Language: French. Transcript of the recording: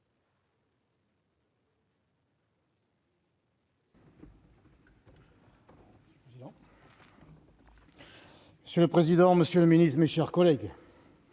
Monsieur le président, monsieur le ministre, mes chers collègues,